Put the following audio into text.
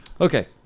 okay